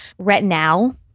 Retinol